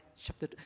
chapter